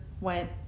went